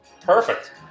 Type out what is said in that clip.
Perfect